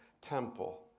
temple